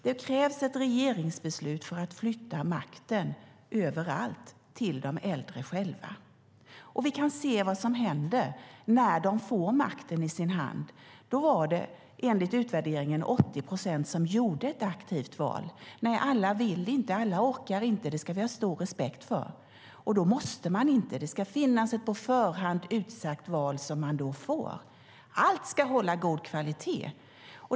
Det krävs ett regeringsbeslut för att flytta makten över allt till de äldre själva. Vi kan se vad som händer när de får makten i sin hand. Enligt utvärderingen var det då 80 procent som gjorde ett aktivt val. Men alla vill inte och alla orkar inte göra det. Det ska vi ha stor respekt för. Då måste de inte välja. Det ska finnas ett på förhand utsatt val som de då får. Allt ska hålla god kvalitet.